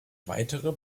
weitere